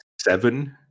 seven